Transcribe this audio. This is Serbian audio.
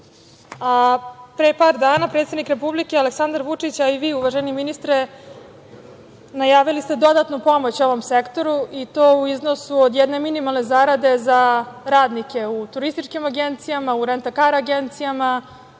pre par dana predsednik Republike Aleksandra Vučića i vi uvaženi ministre, najavili ste dodatnu pomoć ovom sektoru i to u iznosu od jedne minimalne zarade za radnike u turističkim agencijama, u rentakara agencijama,